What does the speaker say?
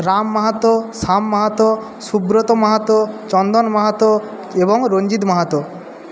রাম মাহাতো শ্যাম মাহাতো সুব্রত মাহাতো চন্দন মাহাতো এবং রঞ্জিত মাহাতো